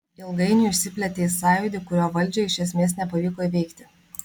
ilgainiui išsiplėtė į sąjūdį kurio valdžiai iš esmės nepavyko įveikti